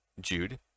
Jude